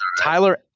Tyler